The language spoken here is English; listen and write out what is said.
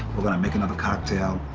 we're gonna make another cocktail,